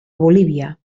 bolívia